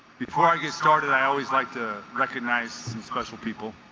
before i get started i always like to recognize some special people